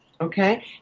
Okay